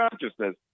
consciousness